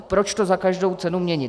Proč to za každou cenu měnit?